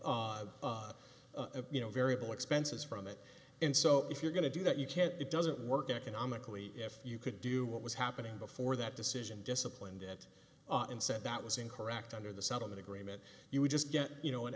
corresponding you know variable expenses from it and so if you're going to do that you can't it doesn't work economically if you could do what was happening before that decision disciplined it and said that was incorrect under the settlement agreement you would just get you know an